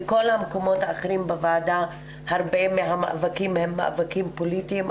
בכל המקומות האחרים בוועדות הרבה מהמאבקים הם מאבקים פוליטיים,